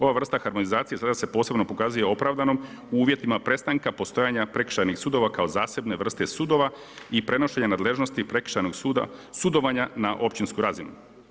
Ova vrsta harmonizacije sada se posebno pokazuje opravdanom u uvjetima prestanka postojanja prekršajnih sudova kao zasebne vrste sudova i prenošenja nadležnosti prekršajnog sudovanja na općinsku razinu.